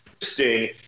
interesting